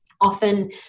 often